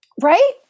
Right